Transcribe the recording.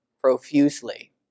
profusely